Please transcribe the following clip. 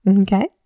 okay